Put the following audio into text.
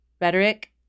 rhetoric